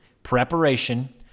preparation